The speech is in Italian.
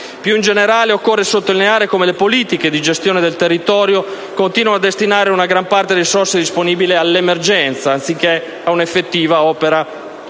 Più in generale, occorre sottolineare come le politiche di gestione del territorio continuano a destinare la gran parte delle risorse disponibili all'emergenza, anziché a un'effettiva opera